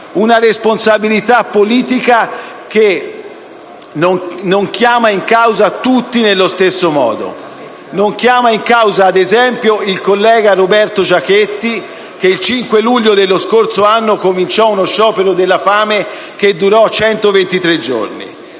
una responsabilità politica che non chiama in causa tutti nello stesso modo. Non chiama in causa, ad esempio, il collega Roberto Giachetti, che il 5 luglio dello scorso anno cominciò uno sciopero della fame che durò 123 giorni.